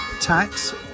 tax